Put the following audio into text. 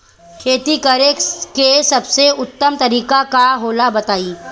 खेती करे के सबसे उत्तम तरीका का होला बताई?